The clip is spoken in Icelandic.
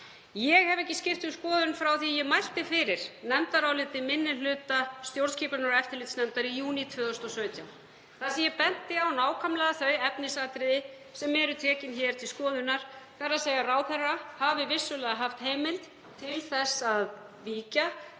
Ég hef ekki skipt um skoðun frá því að ég mælti fyrir nefndaráliti minni hluta stjórnskipunar- og eftirlitsnefndar í júní 2017 þar sem ég benti á nákvæmlega þau efnisatriði sem hér eru tekin til skoðunar, þ.e. að ráðherra hafi vissulega haft heimild til að víkja